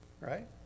right